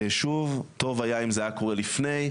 שוב טוב היה אם זה היה קורה לפני,